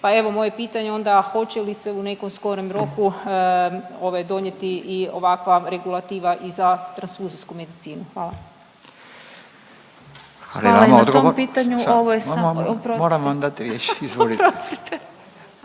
Pa evo moje pitanje onda, hoće li se u nekom skorom roku ovaj, donijeti i ovakva regulativa i za transfuzijsku medicinu? Hvala. **Radin, Furio (Nezavisni)**